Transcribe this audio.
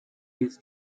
his